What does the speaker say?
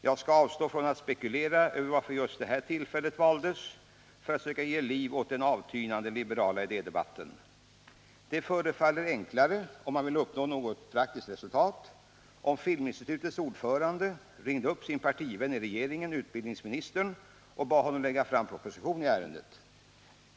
Jag skall avstå från att spekulera över varför just detta tillfälle valdes för att söka ge liv åt den avtynande liberala idédebatten. Det förefaller enklare — om man vill uppnå något praktiskt resultat — om Filminstitutets ordförande ringde upp sin partivän i regeringen, utbildningsministern, och bad honom lägga fram en proposition i ärendet.